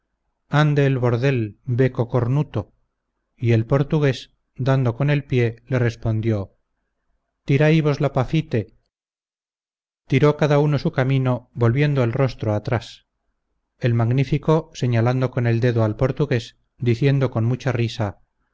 ande el bordel beco cornuto y el portugués dando con el pie le respondió tiraivos la patife fue cada uno su camino volviendo el rostro atrás el magnífico señalando con el dedo al portugués diciendo con mucha risa